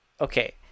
okay